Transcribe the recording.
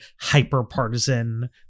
hyper-partisan